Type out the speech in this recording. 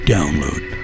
Download